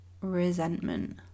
resentment